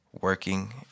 working